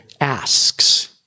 asks